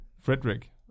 Frederick